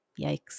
Yikes